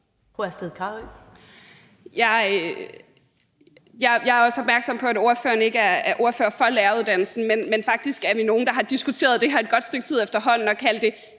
Jeg er opmærksom på, at ordføreren ikke er ordfører på læreruddannelsesområdet, men faktisk er vi nogle, der har diskuteret det her et godt stykke tid efterhånden, og at kalde det